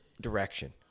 direction